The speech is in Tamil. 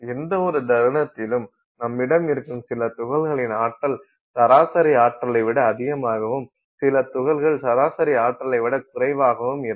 எந்தவொரு தருணத்திலும் நம்மிடம் இருக்கும் சில துகள்களின் ஆற்றல் சராசரி ஆற்றலை விட அதிகமாகவும் சில துகள்கள் சராசரி ஆற்றலை விட குறைவாகவும் இருக்கும்